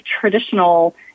traditional